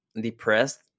depressed